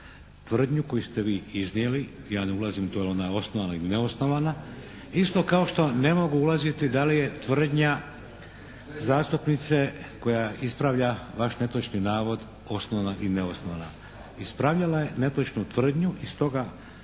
tvrdnju koju ste vi iznijeli. Ja ne ulazim u to je li ona osnovana ili neosnovana, isto kao što ne mogu ulaziti da li je tvrdnja zastupnice koja ispravlja vaš netočni navod osnovana ili neosnovana. Ispravljala je netočnu tvrdnju i stoga